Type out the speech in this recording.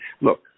look